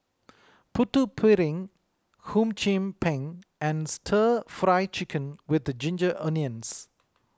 Putu Piring Hum Chim Peng and Stir Fry Chicken with the Ginger Onions